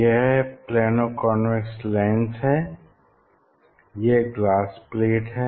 यह plano convex lens है और यह ग्लास प्लेट है